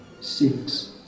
six